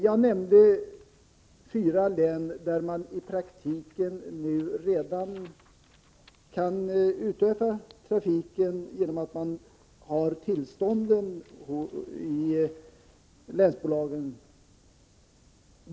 Jag nämnde fyra län där man i praktiken redan kan utöva trafik genom att man har tillstånden i länsbolag.